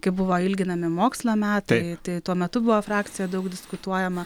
kai buvo ilginami mokslo metai tai tuo metu buvo frakcijoje daug diskutuojama